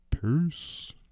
peace